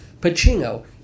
Pacino